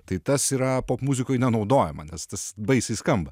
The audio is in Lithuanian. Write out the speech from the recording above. tai tas yra popmuzikoj nenaudojama nes tas baisiai skamba